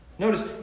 Notice